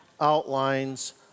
outlines